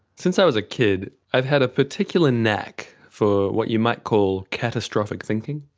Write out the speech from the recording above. since i was a kid, i've had a particular knack for what you might call catastrophic thinking,